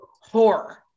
horror